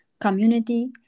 community